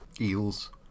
Eels